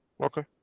okay